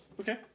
Okay